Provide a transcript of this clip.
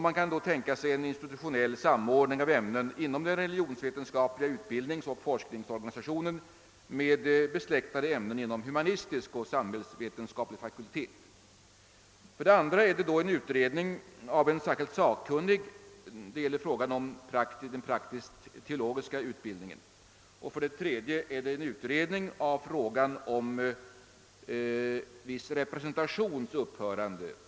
Man kan då tänka sig en institutionell samordning av ämnen inom den religionsvetenskapliga utbildningsoch forskningsorganisationen med besläktade ämnen inom humanistisk och samhällsvetenskaplig fakultet. 2. En utredning av en särskild sakkunnig angående frågan om den praktiska teologiska utbildningen. 3. En utredning av frågan om viss representations upphörande.